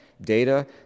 Data